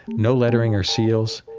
no lettering or seals,